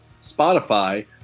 Spotify